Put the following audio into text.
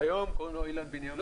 היום, קוראים לו אילן בנימין.